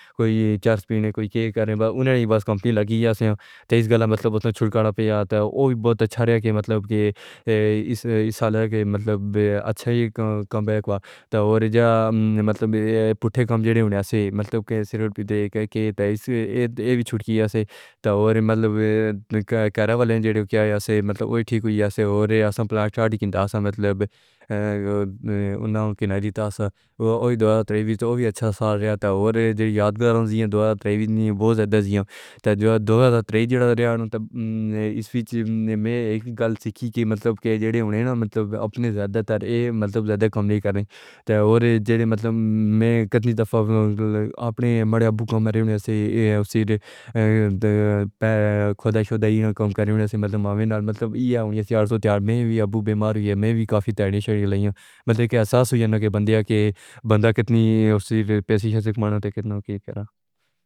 کوئی چائے پینے کو کہہ کر انہوں نے بس کمپنی لگی ہوئی تھی، اس کا مطلب چھٹکارا پایا تو وہ بھی بہت اچھا رہا۔ اس سال اچھا بیک ہوا تو پھر پٹھے کام جیسے ہونے سے چھٹکیاں تھے۔ گانا والے نے جڑیا سی ٹھیک ہوئی ہے اور اپنا شادی کیتا ہے، انہوں نے کناری تھا تو وہ بھی اچھا سال رہا۔ یادگار دوریاں دو ہزار تریس میں بہت زیادہ جیئے، جیسے دو ہزار تریس میں ایک گل سکی جیل میں اپنے زیادہ تر کم نہیں کر رہے تھے۔ میں کتنی دفعہ اپنے ماڑے ابوبکر مرے ہوئے ہیں، خدا شکر ہمیں کم کر دیا گیا۔ ملاویوں میں اب بھی معاویہ کافی تیزی سے گئی ہیں، مگر یہاں تک کہ اس عادتیاں والے بندے نے کتنی پیسی شیک ہونے تک نہ کیا کرہا۔